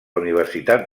universitat